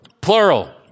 Plural